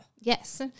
Yes